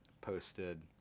posted